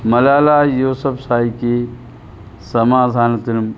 മലാല യൂസഫ് സായിക്ക് സമാധാനത്തിനും